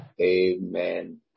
Amen